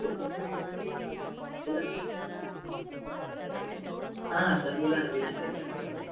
hello बोला ना हा हा सर बोला ना वेदांत टेलर बोलत आहे